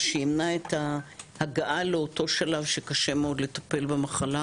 מה שימנע את ההגעה לאותו שלב שקשה מאוד לטפל במחלה,